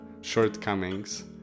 shortcomings